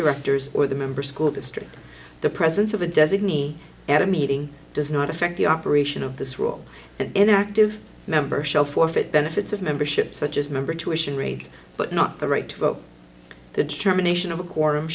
directors or the member school district the presence of a designee at a meeting does not affect the operation of this rule and an active member shall forfeit benefits of membership such as member to a charade but not the right to vote the determination of a quorum